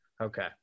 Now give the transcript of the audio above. Okay